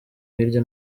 hirya